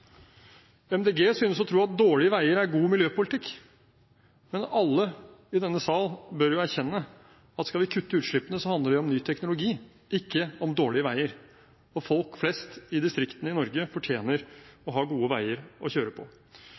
MDG synes å tro at dårlige veier er god miljøpolitikk, men alle i denne sal bør erkjenne at skal vi kutte utslippene, handler det om ny teknologi, ikke om dårlige veier. Folk flest i distriktene i Norge fortjener å ha gode veier å kjøre på.